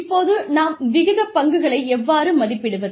இப்போது நாம் விகிதப் பங்குகளை எவ்வாறு மதிப்பிடுவது